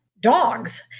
dogs